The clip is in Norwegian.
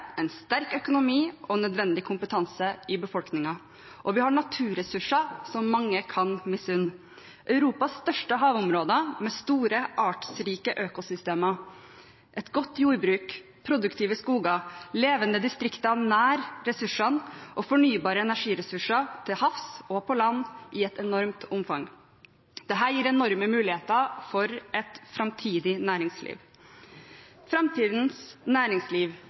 en sterk økonomi og nødvendig kompetanse i befolkningen. Vi har naturressurser som mange kan misunne: Europas største havområder med store artsrike økosystemer, et godt jordbruk, produktive skoger, levende distrikter nær ressursene og fornybare energiressurser til havs og på land i et enormt omfang. Dette gir enorme muligheter for et framtidig næringsliv. Framtidens næringsliv